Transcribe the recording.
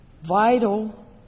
vital